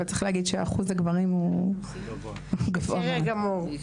אבל צריך לומר שאחוז הגברים הוא גבוה מאוד.